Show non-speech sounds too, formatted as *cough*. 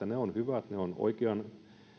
*unintelligible* ne ajoitukset ovat hyvät ne ovat myöskin oikean